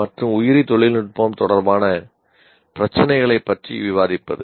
மற்றும் உயிரி தொழில்நுட்பம் தொடர்பான பிரச்சினைகளைப் பற்றி விவாதிப்பது